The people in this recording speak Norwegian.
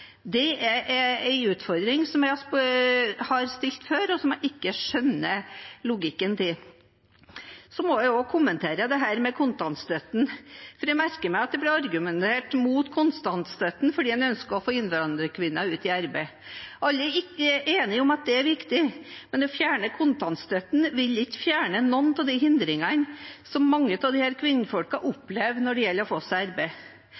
Det er en utfordring som jeg har tatt opp før, og som jeg ikke skjønner logikken i. Jeg må også kommentere kontantstøtten, for jeg merker meg at det ble argumentert mot kontantstøtten fordi man ønsker å få innvandrerkvinner ut i arbeid. Ikke alle er enig i at det er viktig. Å fjerne kontantstøtten vil ikke fjerne noen av de hindringene som mange av disse kvinnene opplever når det gjelder å få seg arbeid.